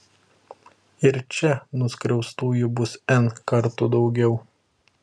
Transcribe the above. ir čia nuskriaustųjų bus n kartų daugiau